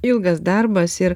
ilgas darbas ir